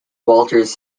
walters